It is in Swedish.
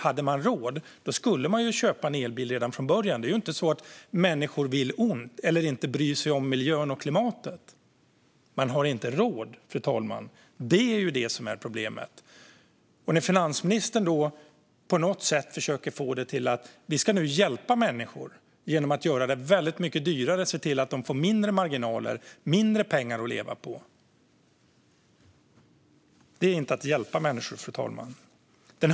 Hade människor råd skulle de köpa en elbil från början. Det är ju inte så att människor vill ont eller inte bryr sig om miljö och klimat. Problemet är att de inte har råd. Finansministern försöker få det till att regeringen hjälper människor genom att göra det mycket dyrare och se till att de får mindre marginaler och mindre pengar att leva på. Men det är inte att hjälpa människor.